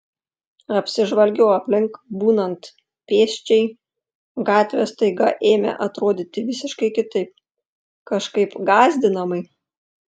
apsižvalgiau aplink būnant pėsčiai gatvės staiga ėmė atrodyti visiškai kitaip kažkaip gąsdinamai